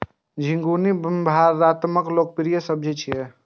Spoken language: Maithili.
झिंगुनी भारतक लोकप्रिय सब्जी छियै